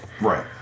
Right